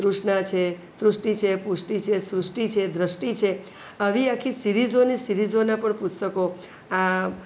કૃષ્ણા છે તૃષ્ટિ છે પુષ્ટિ છે સૃષ્ટિ છે દ્રષ્ટિ છે આવી આખી સિરિઝોની સિરિઝોના પણ પુસ્તકો આ